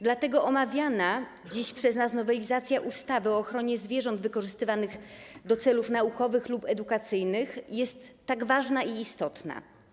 Dlatego omawiana dziś przez nas nowelizacja ustawy o ochronie zwierząt wykorzystywanych do celów naukowych lub edukacyjnych jest tak ważna i istotna.